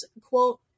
quote